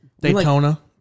Daytona